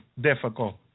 difficult